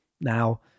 Now